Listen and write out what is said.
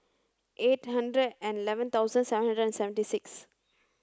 eight hundred and eleven thousand seven hundred and seventy six